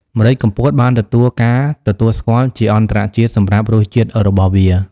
ម្រេចកំពតបានទទួលការទទួលស្គាល់ជាអន្តរជាតិសម្រាប់រសជាតិរបស់វា។